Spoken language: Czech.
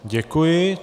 Děkuji.